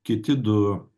kiti du